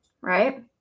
right